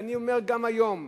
ואני אומר גם היום,